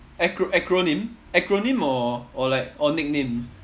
acro~ acronym acronym or or like or nickname